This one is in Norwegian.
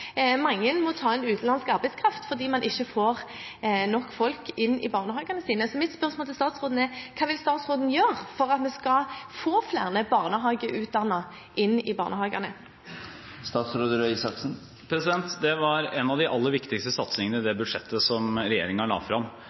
Mange må ta inn utenlandsk arbeidskraft fordi man ikke får nok folk inn i barnehagene sine. Så mitt spørsmål til statsråden er: Hva vil statsråden gjøre for at vi skal få flere barnehageutdannede inn i barnehagene? Det var en av de aller viktigste satsingene i det budsjettet som regjeringen la